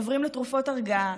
עוברים לתרופות הרגעה.